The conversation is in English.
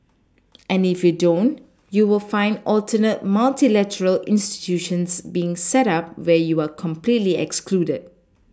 and if you don't you will find alternate multilateral institutions being set up where you are completely excluded